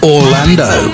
Orlando